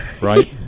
Right